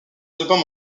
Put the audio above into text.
albums